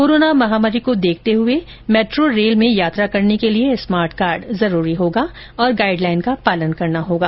corona महामारी को देखते मेट्रो रेल में यात्रा करने के लिए स्मार्ट कार्ड जरूरी होगा और गाइड लाइन का पालन करना होगा